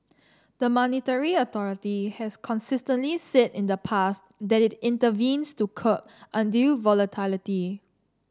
the monetary authority has consistently said in the past that it intervenes to curb undue volatility